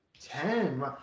Ten